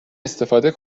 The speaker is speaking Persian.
استفاده